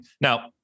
now